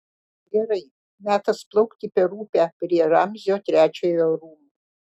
gerai metas plaukti per upę prie ramzio trečiojo rūmų